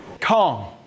Calm